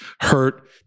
hurt